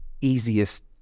Easiest